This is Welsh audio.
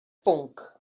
bwnc